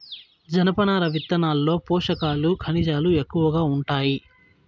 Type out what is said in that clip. జనపనార విత్తనాల్లో పోషకాలు, ఖనిజాలు ఎక్కువగా ఉంటాయి